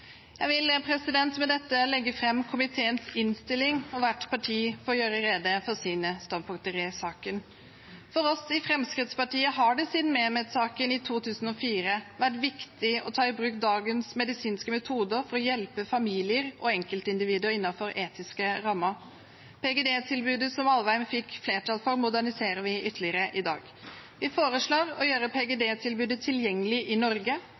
Jeg vil med dette anbefale komiteens innstilling, og hvert parti får gjøre rede for sine standpunkter i saken. For oss i Fremskrittspartiet har det siden Mehmet-saken i 2004 vært viktig å ta i bruk dagens medisinske metoder for å hjelpe familier og enkeltindivider innenfor etiske rammer. PGD-tilbudet som Alvheim fikk flertall for, moderniserer vi ytterligere i dag. Vi foreslår å gjøre PGD-tilbudet tilgjengelig i Norge,